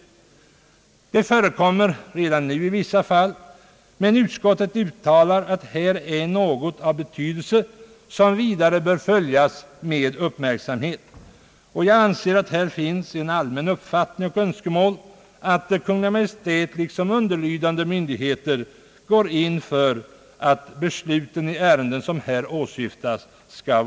En sådan ordning förekommer redan nu i vissa fall, men utskottet uttalar att här föreligger något av betydelse som vidare bör följas med uppmärksamhet. Jag anser att här finns en allmän uppfattning och ett allmänt önskemål att Kungl. Maj:t liksom underlydande myndigheter går in för att motivera beslut i ärenden som här åsyftas.